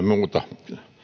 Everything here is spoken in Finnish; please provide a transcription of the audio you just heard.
muuta